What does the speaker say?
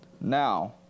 now